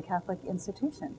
the catholic institution